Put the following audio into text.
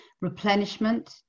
replenishment